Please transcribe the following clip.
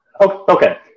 Okay